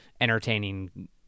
entertaining